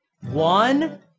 one